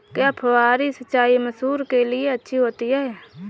क्या फुहारी सिंचाई मसूर के लिए अच्छी होती है?